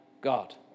God